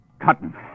Cotton